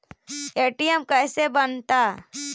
ATM कैसे बनता?